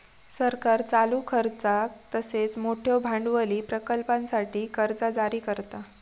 सरकार चालू खर्चाक तसेच मोठयो भांडवली प्रकल्पांसाठी कर्जा जारी करता